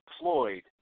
employed